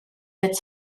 its